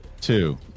two